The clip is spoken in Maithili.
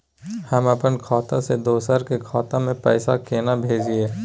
हम अपन खाता से दोसर के खाता में पैसा केना भेजिए?